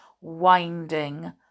winding